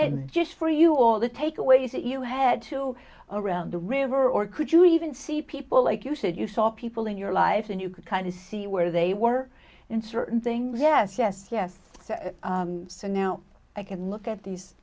and just for you all the takeaways that you had to around the river or could you even see people like you said you saw people in your life and you could kind of see where they were in certain things yes yes yes so now i can look at these